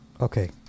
Okay